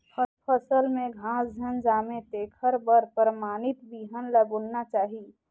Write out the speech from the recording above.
फसल में घास झन जामे तेखर बर परमानित बिहन ल बुनना चाही